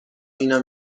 اینا